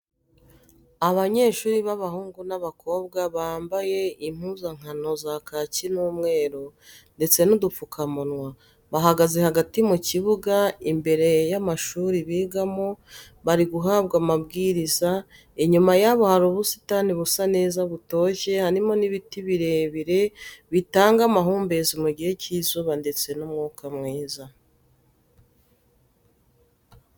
Abanyeshuri b'abahungu n'abakobwa bambaye impuzankano za kaki n'umweru ndetse n'udupfukamunwa, bahagaze hagati mu kibuga imbere y'amashuri bigamo bariguhabwa amabwiriza, inyuma yabo hari ubusitani busa neza butoshye harimo n'ibiti birebire bitanga amahumbezi mu gihe cy'izuba ndetse n'umwuka mwiza.